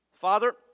Father